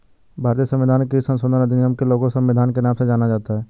भारतीय संविधान के किस संशोधन अधिनियम को लघु संविधान के नाम से जाना जाता है?